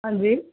ਹਾਂਜੀ